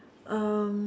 um